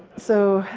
so